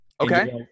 Okay